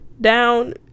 down